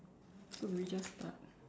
do we just start